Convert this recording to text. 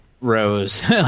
Rose